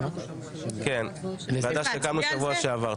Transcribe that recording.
זו ועדה שהוקמה בשבוע שעבר.